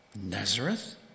Nazareth